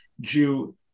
Jew